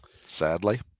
sadly